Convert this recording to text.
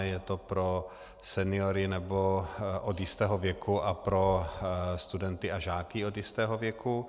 Je to pro seniory, nebo od jistého věku, a pro studenty a žáky od jistého věku.